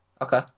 Okay